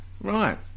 Right